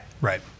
Right